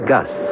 Gus